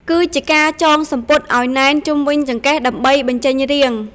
គឺជាការចងសំពត់អោយណែនជុំវិញចង្កេះដើម្បីបញ្ចេញរាង។